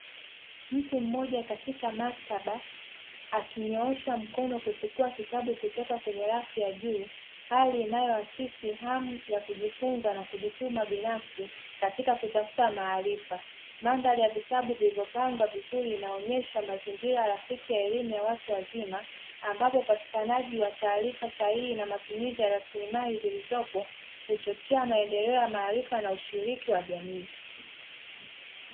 Mtu mmoja katika maktaba akinyoosha mkono kuchukua kitabu kutoka kwenye rafu ya juu hali inayoakisi hamu ya kujifunza na kujituma binafsi katika kutafuta maarifa. Madhari ya vitabu vilivyopangwa vizuri inaonesha mazingira rafiki ya elimu ya watu wazima ambapo upatikanaji wa taarifa sahihi na matumizi ya rasilimali zilizopo uchochea maendeleo ya maarifa na ushiriki wa jamii.